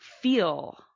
feel